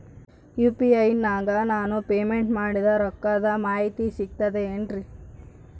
UPI ನಾಗ ನಾನು payment ಮಾಡಿದ ರೊಕ್ಕದ ಮಾಹಿತಿ ಸಿಕ್ತದೆ ಏನ್ರಿ?